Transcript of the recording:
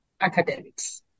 academics